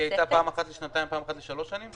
היא הוארכה פעם אחת לשנתיים ופעם אחת לשלוש שנים?